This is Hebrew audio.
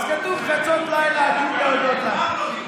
אז כתוב: "חצות לילה אקום להודות לך".